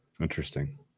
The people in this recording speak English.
Interesting